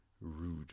rude